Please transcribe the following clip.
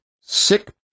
sick